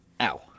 ow